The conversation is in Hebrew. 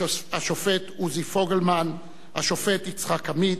השופט עוזי פוגלמן, השופט יצחק עמית,